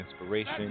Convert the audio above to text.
inspiration